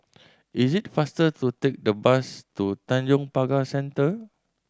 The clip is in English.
is it faster to take the bus to Tanjong Pagar Centre